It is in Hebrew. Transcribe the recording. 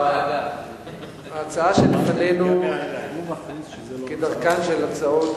ההצעה שלפנינו, כדרכן של הצעות